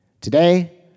today